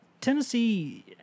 Tennessee